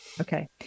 Okay